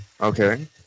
okay